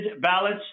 ballots